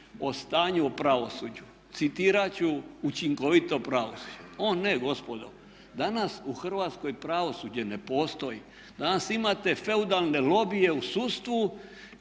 o stanju u pravosuđu, citirat ću učinkovito pravosuđe. O ne gospodo, danas u Hrvatskoj pravosuđe ne postoji. Danas imate feudalne lobije u sudstvu